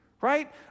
right